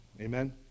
Amen